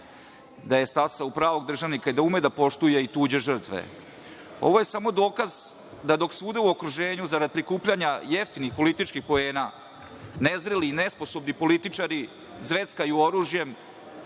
da je stasao u pravog državnika i da ume da poštuje i tuđe žrtve. Ovo je samo dokaz da dok svuda u okruženju, zarad prikupljanja jeftinih političkih poena, nezreli, nesposobni političari zveckaju oružjem,